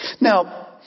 Now